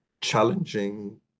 challenging